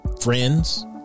Friends